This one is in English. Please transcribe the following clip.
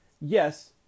Yes